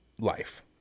life